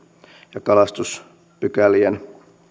ja kalastuspykälien